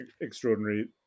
extraordinary